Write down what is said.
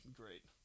great